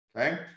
okay